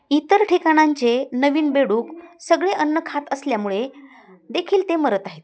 इतर ठिकाणांचे नवीन बेडूक सगळे अन्न खात असल्यामुळे देखील ते मरत आहेत